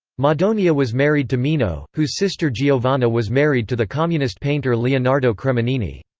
madonia was married to mino, whose sister giovanna was married to the communist painter leonardo cremonini.